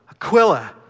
Aquila